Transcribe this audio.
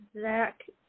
Zach